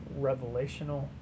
revelational